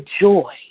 joy